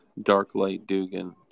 darklightdugan